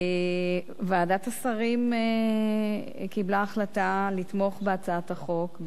ועדת השרים קיבלה החלטה לתמוך בהצעת החוק,